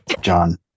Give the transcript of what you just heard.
john